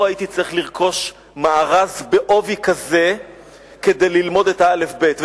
לא הייתי צריך לרכוש מארז בעובי כזה כדי ללמוד את האל"ף-בי"ת,